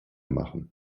machen